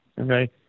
okay